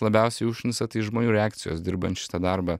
labiausiai užknisa tai žmonių reakcijos dirbant šitą darbą